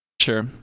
sure